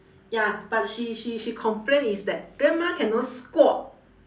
ya but she she she complain it's that grandma cannot squat